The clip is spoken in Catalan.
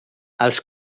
els